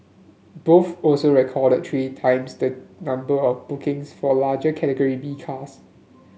both also recorded three times the number of bookings for larger Category B cars